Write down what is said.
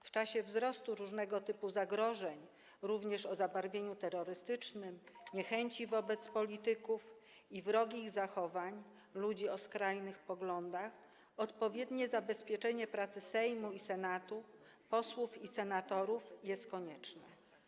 W czasie wzrostu różnego typu zagrożeń, również o zabarwieniu terrorystycznym, niechęci wobec polityków i wrogich zachowań ludzi o skrajnych poglądach, odpowiednie zabezpieczenie pracy Sejmu i Senatu, posłów i senatorów jest konieczne.